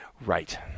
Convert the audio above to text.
Right